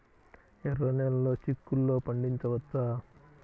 ఎర్ర నెలలో చిక్కుల్లో పండించవచ్చా?